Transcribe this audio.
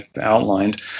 outlined